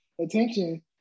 attention